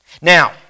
Now